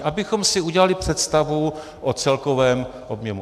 Abychom si udělali představu o celkovém objemu.